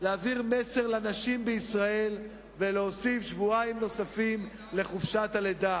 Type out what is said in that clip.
להעביר מסר לנשים בישראל ולהוסיף שבועיים לחופשת הלידה,